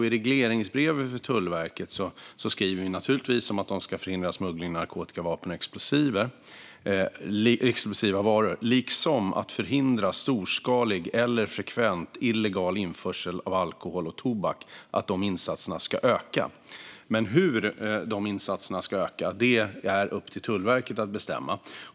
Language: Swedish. I regleringsbrevet för Tullverket skriver vi naturligtvis att man ska "förhindra smuggling av narkotika och vapen liksom att förhindra storskalig eller frekvent illegal införsel av alkohol och tobak" och att de insatserna ska öka. Men hur de insatserna ska öka är det upp till Tullverket att bestämma.